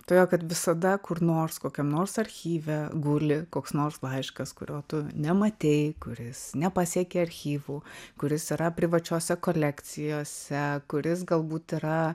todėl kad visada kur nors kokiam nors archyve guli koks nors laiškas kurio tu nematei kuris nepasiekė archyvų kuris yra privačiose kolekcijose kuris galbūt yra